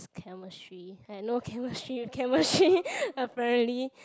chemistry I know chemistry chemistry apparently